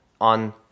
on